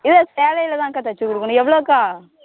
இல்லை சேலையில்தான்க்கா தச்சு கொடுக்கணும் எவ்வளோக்கா